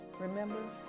remember